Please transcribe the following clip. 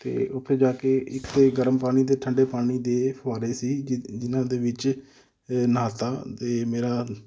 ਅਤੇ ਉੱਥੇ ਜਾ ਕੇ ਇੱਕ ਤਾਂ ਗਰਮ ਪਾਣੀ ਦੇ ਠੰਡੇ ਪਾਣੀ ਦੇ ਫੁਹਾਰੇ ਸੀ ਜਿ ਜਿਨ੍ਹਾਂ ਦੇ ਵਿੱਚ ਨਹਾਤਾ ਅਤੇ ਮੇਰਾ